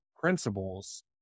principles